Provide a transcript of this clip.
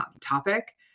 topic